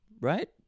right